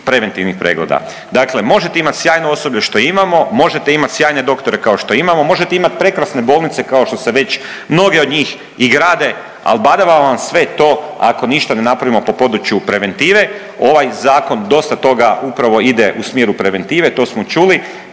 preventivnih pregleda. Dakle, možete imati sjajno osoblje što imamo, možete imati sjajne doktore kao što imamo, možete imati prekrasne bolnice kao što se već mnoge od njih i grade ali badava vam sve to ako ništa ne napravimo po području preventive. Ovaj zakon dosta toga upravo ide u smjeru preventive. To smo čuli.